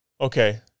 Okay